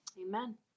Amen